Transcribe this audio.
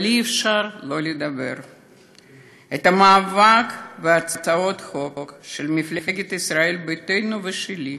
אבל אי-אפשר שלא לדבר על המאבק ועל הצעות החוק של ישראל ביתנו ושלי